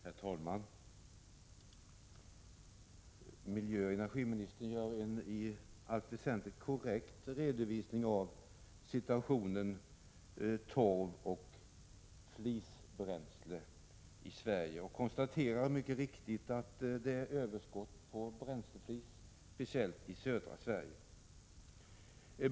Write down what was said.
Herr talman! Miljöoch energiministern gör en i allt väsentligt korrekt redovisning av situationen för torv och flisbränsle i Sverige och konstaterar mycket riktigt att det är överskott på bränsleflis, speciellt i södra Sverige.